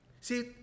See